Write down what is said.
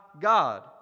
God